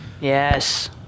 yes